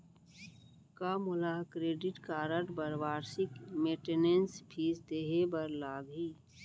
का मोला credit card बर वार्षिक मेंटेनेंस फीस देहे बर लागही?